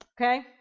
okay